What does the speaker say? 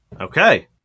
Okay